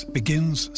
begins